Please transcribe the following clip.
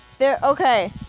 okay